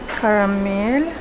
caramel